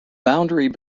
boundary